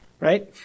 right